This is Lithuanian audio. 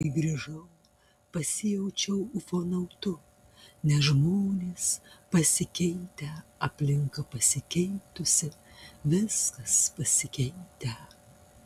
kai grįžau pasijaučiau ufonautu nes žmonės pasikeitę aplinka pasikeitusi viskas pasikeitę